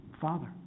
Father